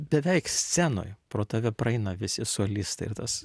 beveik scenoj pro tave praeina visi solistai ir tas